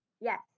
Yes